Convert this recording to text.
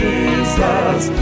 Jesus